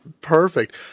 perfect